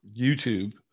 YouTube